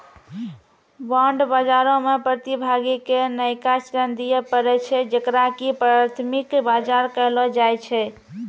bond बजारो मे प्रतिभागी के नयका ऋण दिये पड़ै छै जेकरा की प्राथमिक बजार कहलो जाय छै